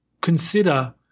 consider